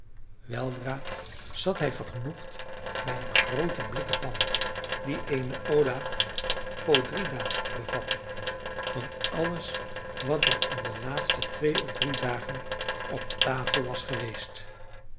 weldra zat hij vergenoegd bij een grooten blikken pan die eene olla podrida bevatte van alles wat er in de laatste twee of drie dagen op de tafel was geweest